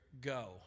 Go